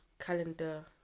calendar